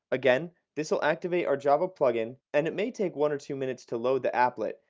again, this will activate our java plugin and it may take one or two minutes to load the applet,